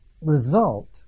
result